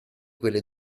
quelle